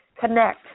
connect